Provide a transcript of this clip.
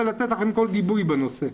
ולתת לכם כל גיבוי בנושא.